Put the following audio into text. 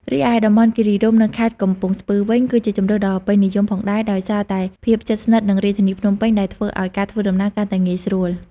រីឯតំបន់គិរីរម្យ នៅខេត្តកំពង់ស្ពឺវិញ ក៏ជាជម្រើសដ៏ពេញនិយមផងដែរ ដោយសារតែភាពជិតស្និទ្ធនឹងរាជធានីភ្នំពេញ ដែលធ្វើឲ្យការធ្វើដំណើរកាន់តែងាយស្រួល។